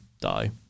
die